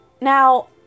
Now